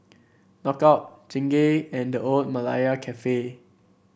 Knockout Chingay and The Old Malaya Cafe